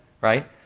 right